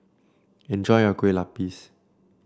enjoy your Kueh Lupis